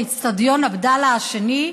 באצטדיון עבדאללה השני.